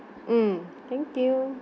mm thank you